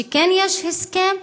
וכן יש הסכם,